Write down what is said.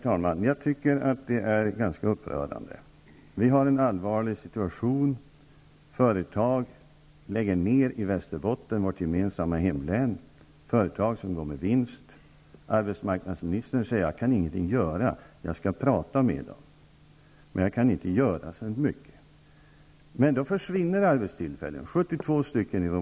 Herr talman! Jag tycker att det här är ganska upprörande. Vi har en allvarlig situation. I vårt gemensamma hemlän Västerbotten läggs företag som går med vinst ner. Arbetsmarknadsministern säger att han inte kan göra något och att han skall prata med företagen. Det är ett hårt slag mot kommunen.